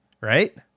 Right